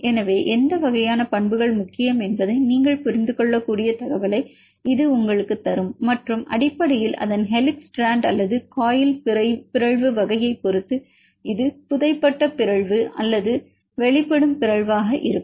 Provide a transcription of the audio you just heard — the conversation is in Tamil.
எனவே எந்த வகையான பண்புகள் முக்கியம் என்பதை நீங்கள் புரிந்து கொள்ளக்கூடிய தகவலை இது உங்களுக்குத் தரும் மற்றும் அடிப்படையில் அதன் ஹெலிக்ஸ் ஸ்ட்ராண்ட் அல்லது காயில் பிறழ்வு வகையைப் பொறுத்து இது புதைபட்ட பிறழ்வு அல்லது வெளிப்படும் பிறழ் வாக இருக்கும்